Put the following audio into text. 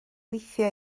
gweithio